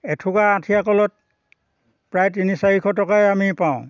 এথোকা আঠিয়া কলত প্ৰায় তিনি চাৰিশ টকাই আমি পাওঁ